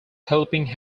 helping